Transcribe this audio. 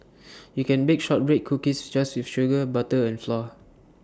you can bake Shortbread Cookies just with sugar butter and flour